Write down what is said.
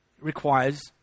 requires